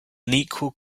unequal